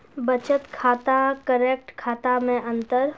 बचत खाता करेंट खाता मे अंतर?